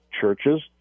churches